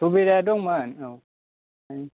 सुबिदा दंमोन औ